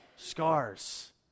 Scars